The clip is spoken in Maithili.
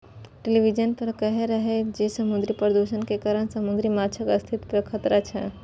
टेलिविजन पर कहै रहै जे समुद्री प्रदूषण के कारण समुद्री माछक अस्तित्व पर खतरा छै